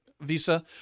visa